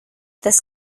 this